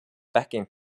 backing